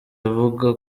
avuga